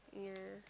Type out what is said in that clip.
yeah